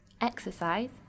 Exercise